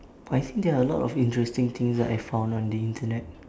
I think there are a lot of interesting things that I found on the internet